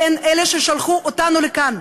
והן אלה ששלחו אותנו לכאן.